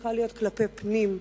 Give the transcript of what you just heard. צריכה להיות כלפי פנים,